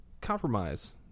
compromise